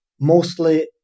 mostly